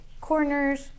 corners